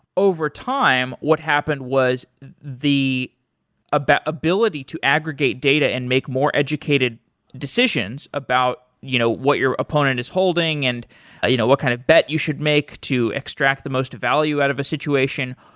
over time, what happened was the ability to aggregate data and make more educated decisions about you know what your opponent is holding and ah you know what kind of bed you should make to extract the most value out of a situation.